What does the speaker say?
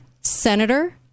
senator